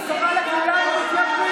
הוא קרא לכולנו "מתייוונים".